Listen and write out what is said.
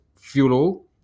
fuel